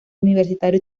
universitario